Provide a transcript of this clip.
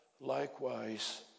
likewise